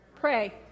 Pray